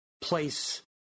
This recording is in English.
place